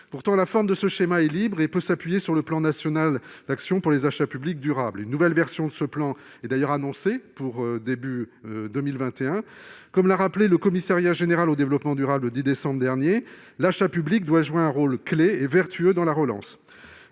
Pourtant, la forme de ce schéma est libre et peut s'appuyer sur le plan national d'action pour les achats publics durables, le PNAAPD. Une nouvelle version de ce plan est d'ailleurs annoncée pour début 2021. Comme l'a rappelé le commissariat général au développement durable, le 10 décembre dernier, l'achat public doit jouer un rôle clé et vertueux dans la relance.